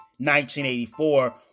1984